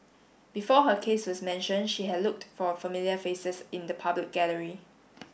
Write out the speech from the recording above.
before her case was mentioned she had looked for familiar faces in the public gallery